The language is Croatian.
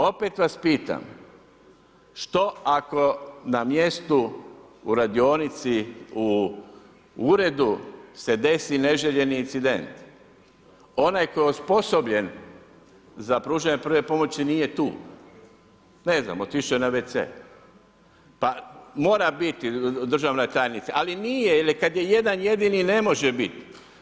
Opet vas pitam, što ako na mjestu u radionici u uredu se desi neželjeni incident, onaj koji je osposobljen za pružanjem prve pomoći nije tu, ne znam, otišao je na wc, pa mora biti državna tajnice, ali nije, jer kad je jedan jedini ne može biti.